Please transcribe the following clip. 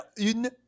une